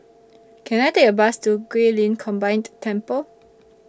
Can I Take A Bus to Guilin Combined Temple